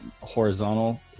horizontal